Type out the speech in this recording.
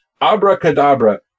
abracadabra